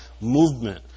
movement